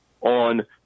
on